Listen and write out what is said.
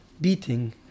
beating